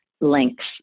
links